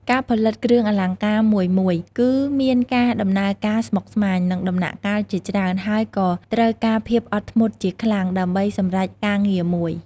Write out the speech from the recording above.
ការផលិតគ្រឿងអលង្ការមួយៗ គឺមានការដំណើរការស្មុគស្មាញ និងដំណាក់កាលជាច្រើន ហើយក៏ត្រូវការភាពអត់ធ្មត់ជាខ្លាំង ដើម្បីសម្រចការងារមួយ។